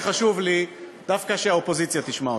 חשוב לי דווקא שהאופוזיציה תשמע אותי,